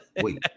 Wait